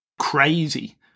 crazy